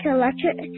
electric